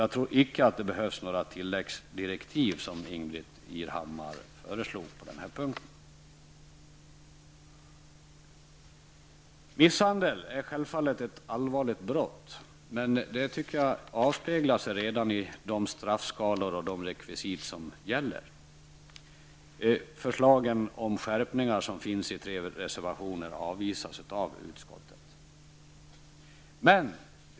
Jag tror inte att det behövs några tilläggsdirektiv, vilket Ingrid Irhammar föreslog på denna punkt. Misshandel är självfallet ett allvarligt brott, och det tycker jag avspeglar sig redan i de straffskalor och rekvisit som gäller. Förslagen om skärpningar, som finns i tre reservationer, avvisas därför av utskottet.